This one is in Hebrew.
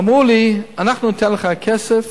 אמרו לי: אנחנו ניתן לך כסף